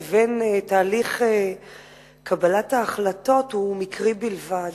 לבין תהליך קבלת ההחלטות, הוא מקרי בלבד.